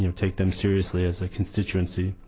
you know take them seriously as a constituency.